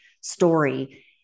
story